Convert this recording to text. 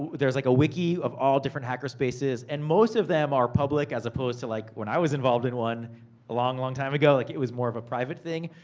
there's like a wiki of all different hacker spaces, and most of them are public, as opposed to like, when i was involved in one, a long long time ago, like it was more of a private thing.